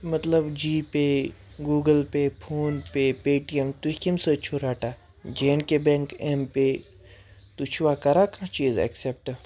مطلب جی پے Google pay PhonePe Paytm تُہۍ کیٚمۍ سۭتۍ چھُ رَٹان J and K bank m pay تُہۍ چھُوا کَران کانٛہہ چیٖز اٮ۪کسٮ۪پٹ